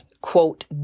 quote